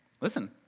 Listen